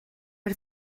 per